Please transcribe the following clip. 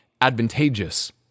advantageous